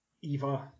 Eva